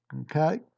Okay